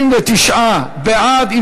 29 בעד.